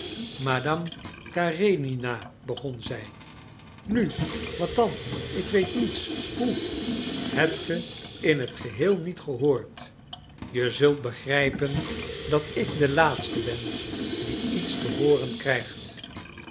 madame karenina begon ze nu wat dan ik weet niets hoe hebt ge t in t geheel niet gehoord je zult begrijpen dat ik de laatste ben die iets te hooren krijgt